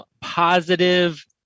positive